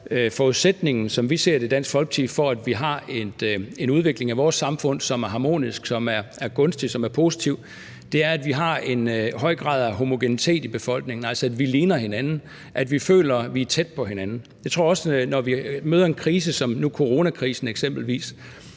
forudsætningen, som vi ser det i Dansk Folkeparti, for, at vi har en udvikling af vores samfund, som er harmonisk, som er gunstig, som er positiv, at vi har en høj grad af homogenitet i befolkningen, altså at vi ligner hinanden, at vi føler, at vi er tæt på hinanden. Når vi møder en krise som nu eksempelvis